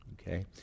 Okay